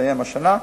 שמסתיים השנה.